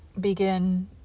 begin